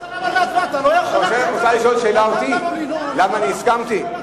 את רוצה לשאול שאלה אותי, למה הסכמתי?